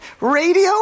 Radio